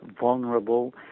vulnerable